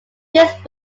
these